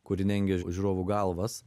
kuri dengia žiūrovų galvas